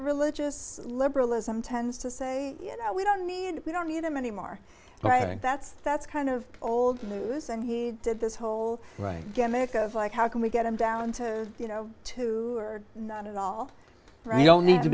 religious liberalism tends to say you know we don't need we don't need them anymore right that's that's kind of old news and he did this whole right gammick of like how can we get him down to you know to not at all you don't need to